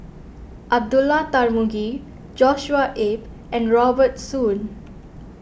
Abdullah Tarmugi Joshua Ip and Robert Soon